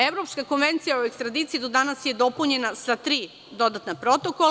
Evropska konvencija o ekstradiciji do danas je dopunjena sa tri dodatna protokola.